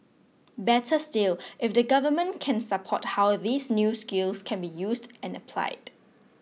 better still if the government can support how these new skills can be used and applied